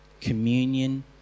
communion